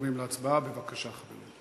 עוברים להצבעה, בבקשה.